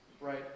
right